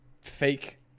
fake